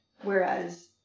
whereas